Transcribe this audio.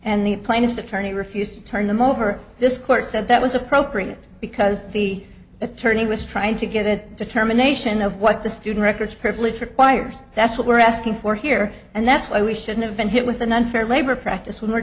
and the plaintiff's attorney refused to turn them over this court said that was appropriate because the attorney was trying to get it determination of what the student records purplish requires that's what we're asking for here and that's why we should have been hit with an unfair labor practice when we're